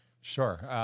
Sure